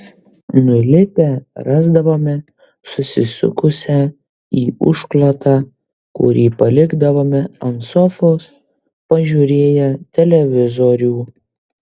nulipę rasdavome susisukusią į užklotą kurį palikdavome ant sofos pažiūrėję televizorių